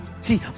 See